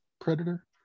Predator